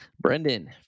brendan